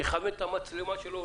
מכוון את המצלמה שלו,